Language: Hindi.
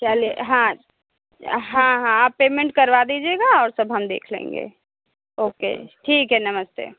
क्या ले हाँ हाँ हाँ आप पेमेंट करवा दीजिएगा और सब हम देख लेंगे ओके ठीक है नमस्ते